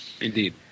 Indeed